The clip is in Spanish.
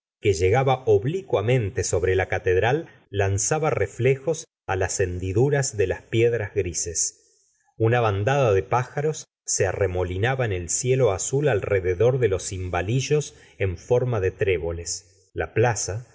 que llegaba oblicuamente sobre la catedral lanzaba reflejos á las hendiduras de las piedras grises una bandada de pájaros se arremolinaba en el cielo azul alrededor de los cimbalillos en forma de tréboles la plaza